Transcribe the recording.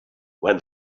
when